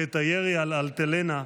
בעת הירי על אלטלנה,